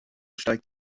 steigt